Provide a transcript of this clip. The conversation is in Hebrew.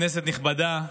כנסת נכבדה,